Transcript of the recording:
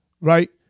right